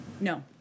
No